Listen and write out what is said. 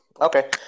Okay